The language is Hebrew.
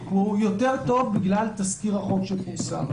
הוא יותר טוב בגלל תזכיר החוק שפורסם.